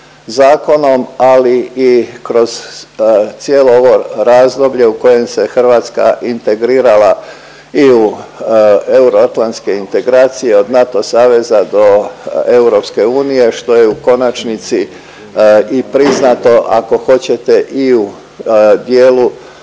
zakonom, ali i kroz cijelo ovo razdoblje u kojem se Hrvatska integrirala i u euroatlantske integracije od NATO saveza do EU što je u konačnici i priznato ako hoćete i u dijelu